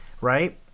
right